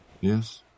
Yes